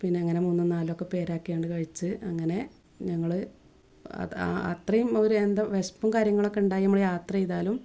പിന്നെ അങ്ങനെ മൂന്നും നാലും ഒക്കെ പേരാക്കി അങ്ങോട്ട് കഴിച്ച് അങ്ങനെ ഞങ്ങൾ അത് അ അത്രയും എന്താ വിശപ്പും കാര്യങ്ങളും ഒക്കെ ഉണ്ടായി നമ്മൾ യാത്ര ചെയ്താലും